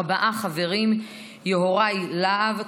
ארבעה חברים: יוראי להב הרצנו,